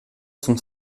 sont